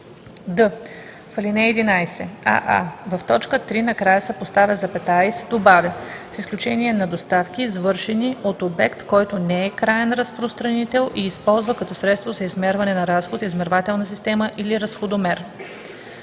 в ал. 11: аа) в т. 3 накрая се поставя запетая и се добавя „с изключение на доставки, извършени от обект, който не е краен разпространител и използва като средство за измерване на разход измервателна система или разходомер“;